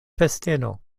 festeno